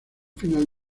final